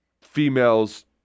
females